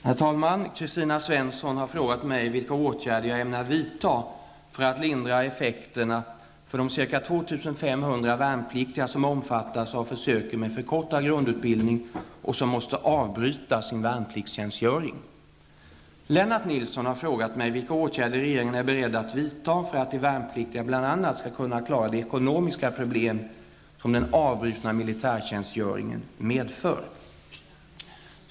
Herr talman! Kristina Svensson har frågat mig vilka åtgärder jag ämnar vidta för att lindra effekterna för de ca 2 500 värnpliktiga som omfattas av försöken med förkortad grundutbildning och som måste avbryta sin värnpliktsutbildning. Lennart Nilsson har frågat mig vilka åtgärder regeringen är beredd att vidta för att de värnpliktiga bl.a. skall kunna klara de ekonomiska problem som den avbrutna militärtjänstgöringen medför.